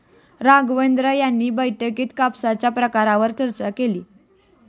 राघवेंद्र यांनी बैठकीत कापसाच्या प्रकारांवर चर्चा केली